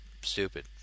stupid